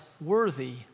worthy